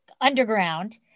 underground